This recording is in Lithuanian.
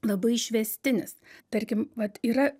labai išvestinis tarkim vat yra